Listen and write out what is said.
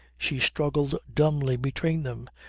she struggled dumbly between them,